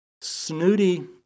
snooty